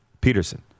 Peterson